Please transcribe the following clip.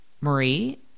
Marie